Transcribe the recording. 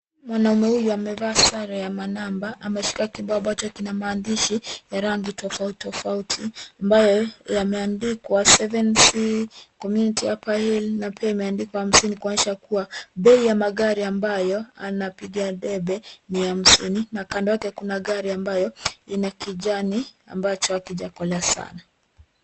Mwanaume huyu amevaa sare ya manamba. Ameshika kibao ambacho kina maandishi ya rangi tofautiofauti ambayo yameandikwa 7C, Community Upperhill na pia imeandikwa hamsini, kuonyesha ya kuwa bei ya magari ambayo anapigia debe ni hamsini. Na kando yake kuna gari ambayo ina kijani ambacho hakijakolea sana.